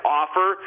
offer